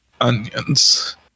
onions